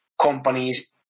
companies